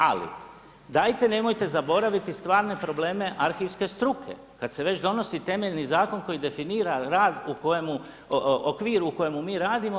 Ali dajte nemojte zaboraviti stvarne probleme arhivske struke kad se već donosi temeljni zakon koji definira rad u kojemu, okvir u kojemu mi radimo.